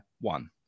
one